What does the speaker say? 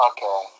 Okay